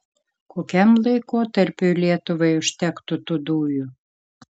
kokiam laikotarpiui lietuvai užtektų tų dujų